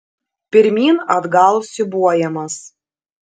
pirmyn atgal siūbuojamas